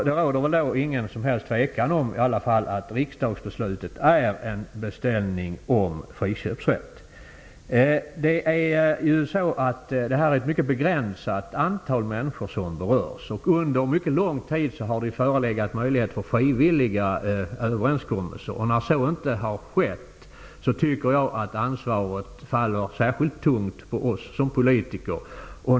Det råder inte något som helst tvivel om att riksdagsbeslutet är en beställning om friköpsrätt. Det är ett mycket begränsat antal människor som berörs. Det har under mycket lång tid förelegat möjlighet för frivilliga överenskommelser, och när så inte har skett tycker jag att ansvaret faller särskilt tungt på oss politiker.